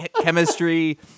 chemistry